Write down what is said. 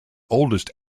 oldest